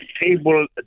table